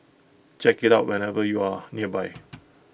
check IT out whenever you are nearby